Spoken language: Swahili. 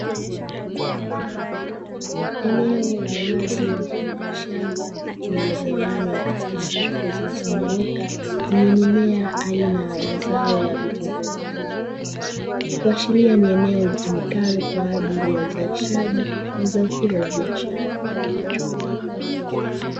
Eneo la wazi mfano wa shamba lililogawanywa katika safu zilizonyooka zenye mimea aina ya zao la vitunguu maji, kuashiria ni eneo litumikalo kwajili ya uzalishaji wa zao hilo la biashara.